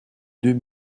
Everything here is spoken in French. deux